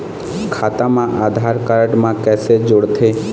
खाता मा आधार कारड मा कैसे जोड़थे?